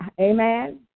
Amen